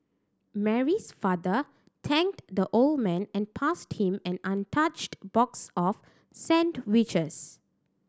Mary's father thanked the old man and passed him an untouched box of sandwiches